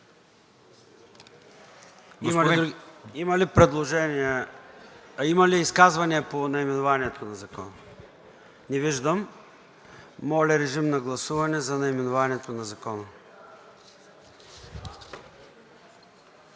ЙОРДАН ЦОНЕВ: Има ли изказвания по наименованието на Закона? Не виждам. Моля, режим на гласуване за наименованието на Закона.